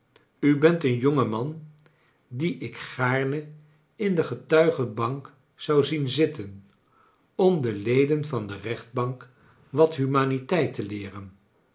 u bent een jonge man dien ik gaarne in de getuigenbank zou zien zitten om de leden van de rechtbank wat humaniteit te leeren